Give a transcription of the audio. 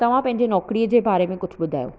तव्हां पंहिंजे नौकिरीअ जे बारे में कुझु ॿुधायो